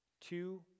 Two